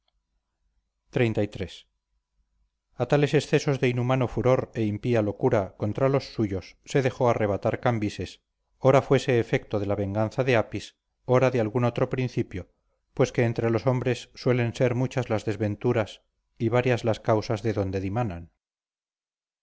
aborto muriera xxxiii a tales excesos de inhumano furor e impía locura contra los suyos se dejó arrebatar cambises ora fuese efecto de la venganza de apis ora de algún otro principio pues que entre los hombres suelen ser muchas las desventuras y varias las causas de donde dimanan